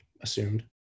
assumed